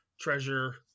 treasure